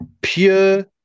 Pure